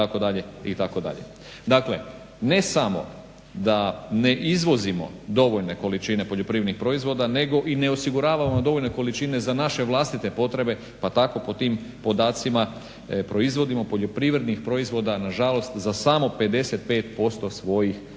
Dakle, ne samo da ne izvozimo dovoljne količine poljoprivrednih proizvoda nego i ne osiguravamo dovoljne količine za naše vlastite potrebe pa tako po tim podacima proizvodimo poljoprivrednih proizvoda nažalost za samo 55% svojih potreba.